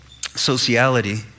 sociality